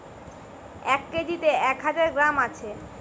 এক কেজিতে এক হাজার গ্রাম আছে